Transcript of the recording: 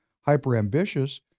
hyper-ambitious